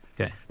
Okay